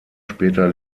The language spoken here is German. später